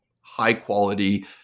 high-quality